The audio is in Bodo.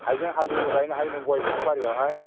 हाइजें हालदैबो गायनो हायो नों गय बिफां बारियावहाय